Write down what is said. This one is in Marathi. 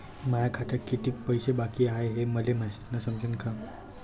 माया खात्यात कितीक पैसे बाकी हाय हे मले मॅसेजन समजनं का?